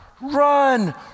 Run